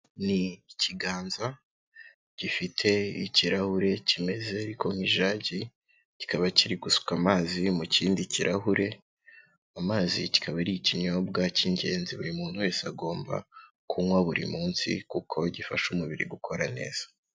Ni ikiganza gifite ikirahure kimeze ariko nk'ijagi kikaba kiri gusukwa amazi mu kindi kirahure amazi kikaba ari ikinyobwa cy'ingenzi buri muntu wese agomba kunywa buri munsi kuko gifasha umubiri gukora neza.